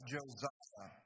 Josiah